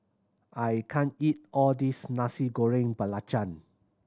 I can't eat all this Nasi Goreng Belacan